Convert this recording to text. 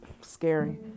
scary